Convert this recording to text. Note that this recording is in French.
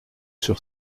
sur